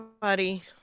buddy